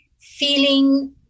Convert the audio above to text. feeling